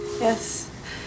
Yes